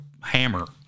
hammer